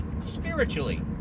spiritually